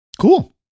Cool